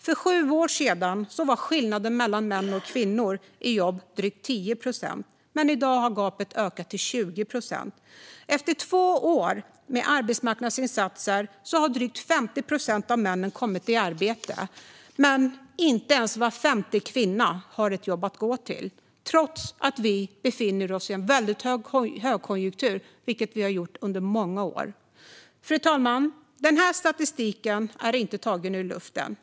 För sju år sedan var skillnaden mellan män och kvinnor i jobb drygt 10 procent, men i dag har gapet ökat till 20 procent. Efter två år med arbetsmarknadsinsatser har drygt 50 procent av männen kommit i arbete, men inte ens var femte kvinna har ett jobb att gå till trots att vi befinner oss i en högkonjunktur, vilket vi har gjort under många år. Fru talman! Denna statistik är inte tagen ur luften.